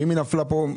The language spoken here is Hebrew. ואם היא נפלה פה,